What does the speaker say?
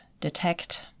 detect